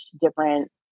different